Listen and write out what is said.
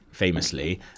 famously